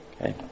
Okay